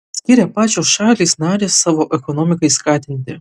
skiria pačios šalys narės savo ekonomikai skatinti